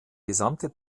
gesamte